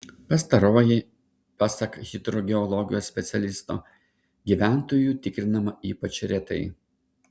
pastaroji pasak hidrogeologijos specialisto gyventojų tikrinama ypač retai